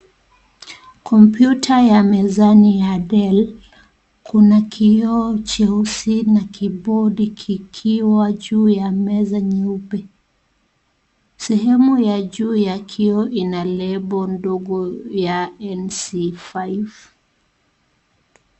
Kompyuta ya mezani ya Dell. Kuna kioo cheusi na kibodi kikiwa juu ya meza nyeupe. Sehemu ya juu ya kioo ina lebu ndogo ya "NC5".